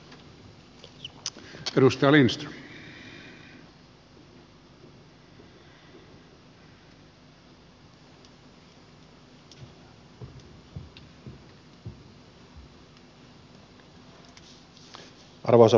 arvoisa herra puhemies